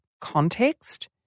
context